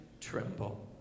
tremble